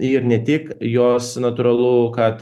ir ne tik jos natūralu kad